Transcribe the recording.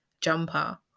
jumper